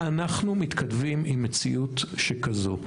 אנחנו מתכתבים עם מציאות שכזו.